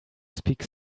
speak